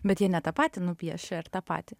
bet jie ne tą patį nupiešia ar tą patį